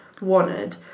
wanted